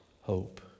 hope